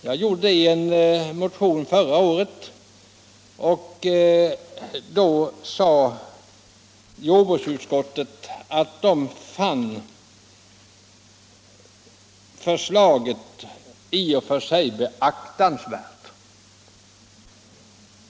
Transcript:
Jag gjorde det i en motion förra året, och då fann jordbruksutskottet förslaget i och för sig beaktansvärt.